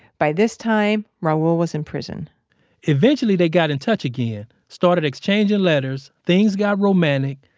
by this time, raul was in prison eventually they got in touch again, started exchanging letters, things got romantic.